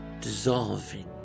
dissolving